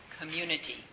community